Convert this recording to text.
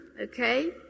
okay